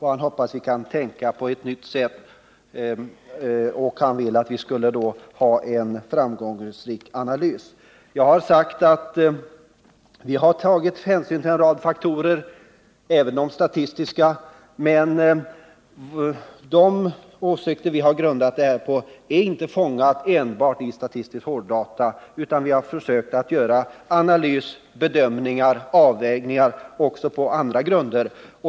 Han hoppas att vi kan tänka på ett nytt sätt, och han vill att vi skall göra en framgångsrik analys. Jag har sagt att vi har tagit hänsyn till en rad faktorer, även de statistiska. Men de åsikter vi har grundat vårt ställningstagande på är inte fångade enbart i statistiska hårddata. Vi har försökt göra analyser, bedömningar och avvägningar också på andra grunder.